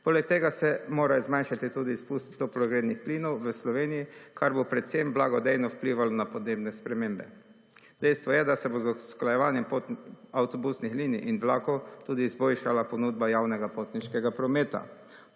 Poleg tega se mora zmanjšati tudi izpust toplogrednih plinov v Sloveniji, kar bo precej blagodejno vplivalo na podnebne spremembe. Dejstvo je, da se bo z usklajevanjem avtobusnih linij in vlakov tudi izboljšala ponudba javnega potniškega prometa,